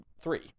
three